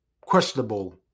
questionable